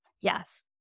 Yes